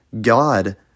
God